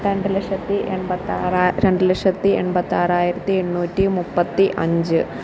രണ്ട് ലക്ഷത്തി എൺപത്താറാ രണ്ട് ലക്ഷത്തി എൺപത്താറായിരത്തി എണ്ണൂറ്റി മുപ്പത്തി അഞ്ച്